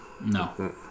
No